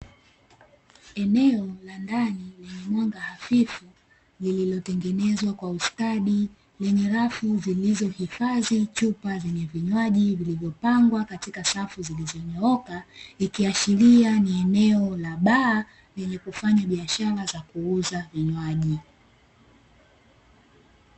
Eneo la ndani lenye mwanga hafifu lilio tengenezwa kwa ustadi yenye rafu zilizo hifadhi chupa zenye vinwaji vilivyo pangwa katika safu zilizonyooka, ikiashiria ni eneo la baa lenye kufanya biashara ya kuuza vinywaji.